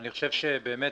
מדובר